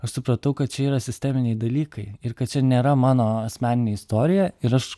aš supratau kad čia yra sisteminiai dalykai ir kad čia nėra mano asmeninė istorija ir aš